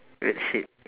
weird shit